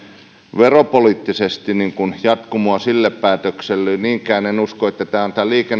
veropoliittisesti jatkumoa sille päätökselle niinkään en usko että tämä on